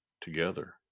together